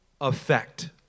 effect